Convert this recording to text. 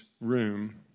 room